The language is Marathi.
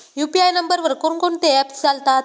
यु.पी.आय नंबरवर कोण कोणते ऍप्स चालतात?